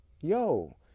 yo